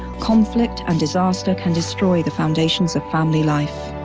conflict and disaster can destroy the foundations of family life.